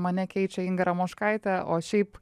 mane keičia inga ramoškaitė o šiaip